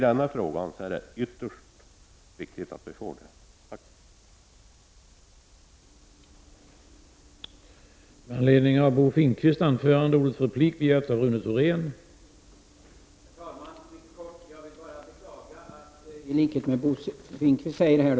I denna fråga är det ytterst viktigt att man gör det.